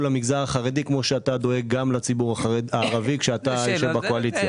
למגזר החרדי כפי שאתה דואג גם לציבור הערבים כשאתה יושב בקואליציה.